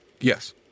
Yes